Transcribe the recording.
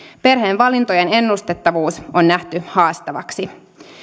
perheen valintojen ennustettavuus on nähty haastavaksi